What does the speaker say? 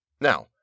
Now